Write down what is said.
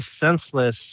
senseless